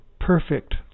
perfect